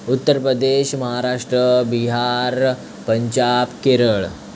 Uttar Pradesh Maharashtra Bihar Punjab Kerala